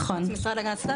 המשרד להגנת הסביבה,